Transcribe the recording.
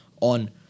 on